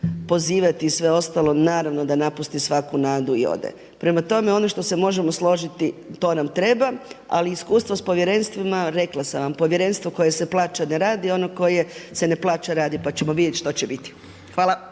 pozivati i sve ostalo, naravno da napusti svaku nadu i ode. Prema tome, ono što se možemo složiti to nam treba, ali iskustva s povjerenstvima, rekla sam vam, povjerenstvo koje se plaća ne radi, ono koje se ne plaća radi pa ćemo vidjeti što će biti. Hvala.